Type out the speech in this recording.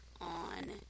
on